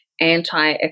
anti